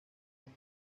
como